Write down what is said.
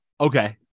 Okay